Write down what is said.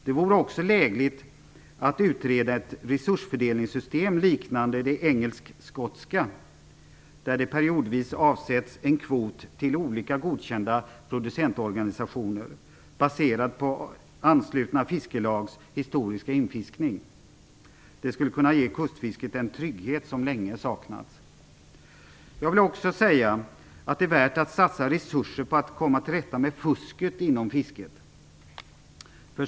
Det vore också lägligt att utreda ett resursfördelningssystem liknande det engelskskotska, där det periodvis avsätts en kvot till olika godkända producentorganisationer, baserad på anslutna fiskelags historiska infiskning. Det skulle kunna ge kustfisket en trygghet som länge saknats. Jag vill också säga att det är värt att satsa resurser på att komma till rätta med fusket inom fisket.